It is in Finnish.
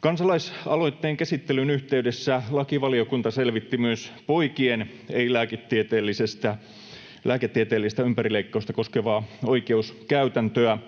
Kansalaisaloitteen käsittelyn yhteydessä lakivaliokunta selvitti myös poikien ei-lääketieteellistä ympärileikkausta koskevaa oikeuskäytäntöä.